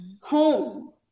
Home